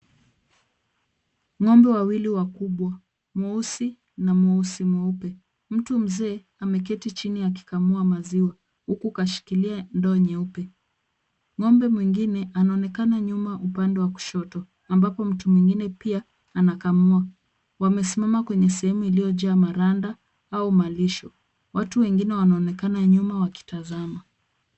Ngombe wawili wakubwa, mweusi na mweusi mweupe, mtu mzee ameketi chini akikamua maziwa. Huku kashikilia ndoo nyeupe. Ngombe mwingine anaonekana nyuma upande wa kushoto, ambapo mtu mwingine pia anakamua. Wamesimama kwenye sehemu iliyojaa maranda au malisho. Watu wengine wanaonekana nyuma wakitazama.